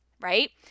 right